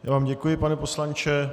Já vám děkuji, pane poslanče.